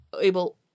able